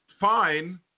fine